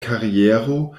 kariero